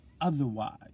otherwise